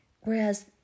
whereas